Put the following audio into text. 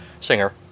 singer